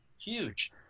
huge